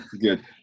good